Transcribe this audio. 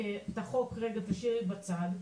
את החוק רגע תשאירי בצד,